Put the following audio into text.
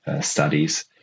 studies